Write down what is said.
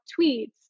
tweets